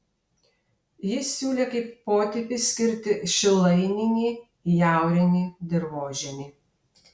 jis siūlė kaip potipį skirti šilaininį jaurinį dirvožemį